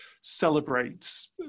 celebrates